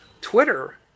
Twitter